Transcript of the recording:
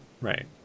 right